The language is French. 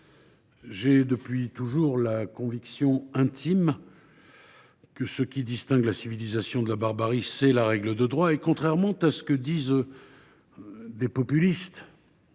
J’ai, depuis toujours, la conviction intime que ce qui distingue la civilisation de la barbarie, c’est la règle de droit, et, contrairement à ce qu’affirment certains populistes,